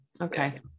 Okay